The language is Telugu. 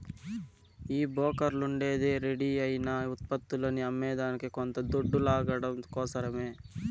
ఈ బోకర్లుండేదే రెడీ అయిన ఉత్పత్తులని అమ్మేదానికి కొంత దొడ్డు లాగడం కోసరమే